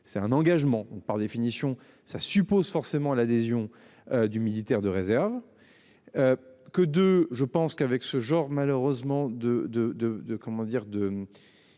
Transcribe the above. c'est un engagement ont par définition ça suppose forcément l'adhésion. Du militaire de réserve. Que de, je pense qu'avec ce genre malheureusement de